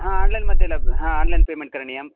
हा आन्लैन् मे लभ्यते ह आन्लैन् पेमेण्ट् करणीयं